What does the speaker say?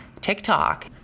TikTok